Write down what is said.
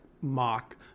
mock